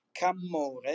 Camore